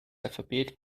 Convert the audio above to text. alphabet